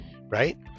Right